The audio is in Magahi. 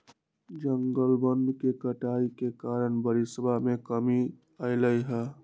जंगलवन के कटाई के कारण बारिशवा में कमी अयलय है